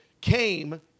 came